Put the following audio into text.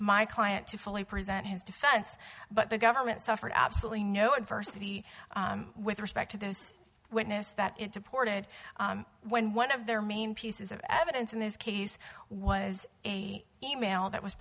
my client to fully present his defense but the government's offered absolutely no adversity with respect to this witness that it deported when one of their main pieces of evidence in this case was e mail that was